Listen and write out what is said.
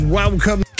welcome